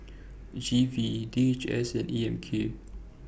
G V D H S and A M K